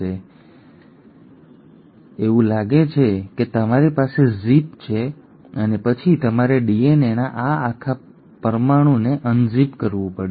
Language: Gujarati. તેથી એવું લાગે છે કે તમારી પાસે ઝિપ છે અને પછી તમારે ડીએનએના આ આખા પરમાણુને અનઝિપ કરવું પડશે